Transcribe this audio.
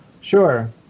Sure